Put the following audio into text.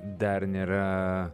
dar nėra